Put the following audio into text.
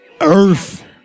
Earth